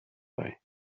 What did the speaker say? bei